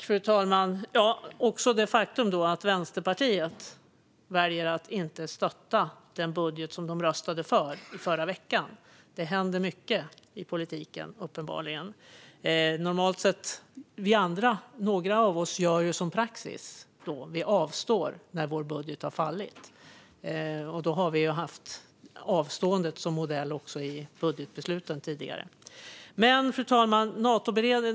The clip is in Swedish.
Fru talman! Vi har också det faktum att Vänsterpartiet väljer att inte stötta den budget som de röstade för i förra veckan. Det händer uppenbarligen mycket i politiken. Några av oss gör ju som praxis är; vi avstår när vår budget har fallit. Då har vi haft avståendet som modell också i budgetbesluten tidigare. Fru talman!